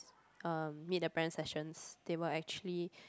um meet the parent sessions they were actually